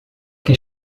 que